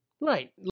Right